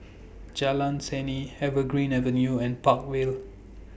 Jalan Seni Evergreen Avenue and Park Vale